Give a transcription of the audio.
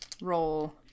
roll